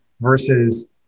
versus